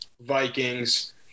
Vikings